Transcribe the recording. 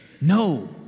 No